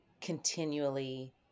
continually